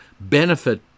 benefit